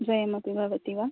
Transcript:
द्वयमपि भवति वा